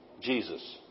Jesus